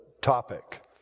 topic